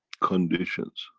conditions.